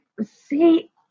see